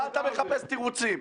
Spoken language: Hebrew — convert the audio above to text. מה אתה מחפש תירוצים?